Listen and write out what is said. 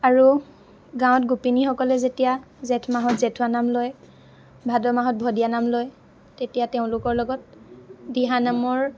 আৰু গাঁৱত গোপিনীসকলে যেতিয়া জেঠ মাহত জেঠুৱা নাম লয় ভাদ মাহত ভদীয়া নাম লয় তেতিয়া তেওঁলোকৰ লগত দিহানামৰ